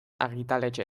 argitaletxe